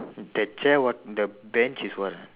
that chair what the bench is what ah